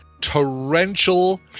torrential